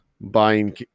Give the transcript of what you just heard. buying